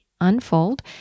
Unfold